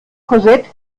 korsett